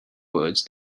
words